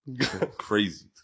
Crazy